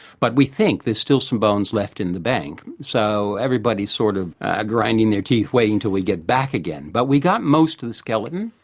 but we think there are still some bones left in the bank, so everybody is sort of ah grinding their teeth waiting till we get back again. but we got most of the skeleton,